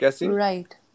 Right